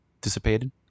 dissipated